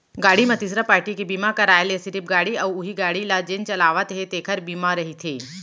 गाड़ी म तीसरा पारटी के बीमा कराय ले सिरिफ गाड़ी अउ उहीं गाड़ी ल जेन चलावत हे तेखर बीमा रहिथे